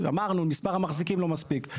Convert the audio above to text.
אמרנו, מספר המחזיקים לא מספיק.